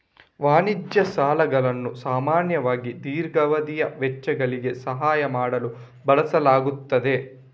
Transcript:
ವಾಣಿಜ್ಯ ಸಾಲಗಳನ್ನು ಸಾಮಾನ್ಯವಾಗಿ ದೀರ್ಘಾವಧಿಯ ವೆಚ್ಚಗಳಿಗೆ ಸಹಾಯ ಮಾಡಲು ಬಳಸಲಾಗುತ್ತದೆ